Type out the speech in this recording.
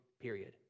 period